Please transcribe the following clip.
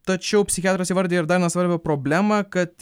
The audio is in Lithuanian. tačiau psichiatras įvardijo ir dar vieną svarbią problemą kad